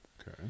Okay